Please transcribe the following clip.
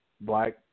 black